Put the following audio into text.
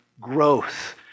growth